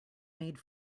made